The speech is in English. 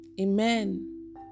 Amen